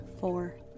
Four